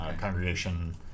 congregation